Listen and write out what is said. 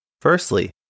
Firstly